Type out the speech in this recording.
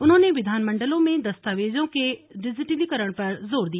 उन्होंने विधानमंडलों में दस्तावेजों के डिजीटलीकरण पर जोर दिया